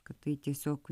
kad tai tiesiog